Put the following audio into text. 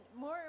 more